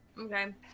Okay